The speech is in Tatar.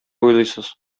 уйлыйсыз